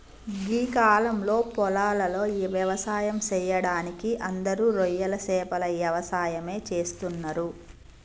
గీ కాలంలో పొలాలలో వ్యవసాయం సెయ్యడానికి అందరూ రొయ్యలు సేపల యవసాయమే చేస్తున్నరు